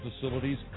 facilities